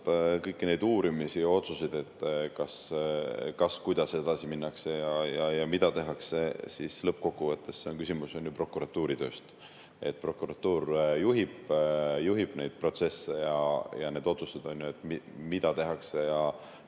kõiki neid uurimisi ja otsuseid, kas ja kuidas edasi minnakse ja mida tehakse, siis lõppkokkuvõttes on see ju küsimus prokuratuuri tööst. Prokuratuur juhib neid protsesse ja neid otsuseid, mida tehakse, ja